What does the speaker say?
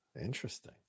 Interesting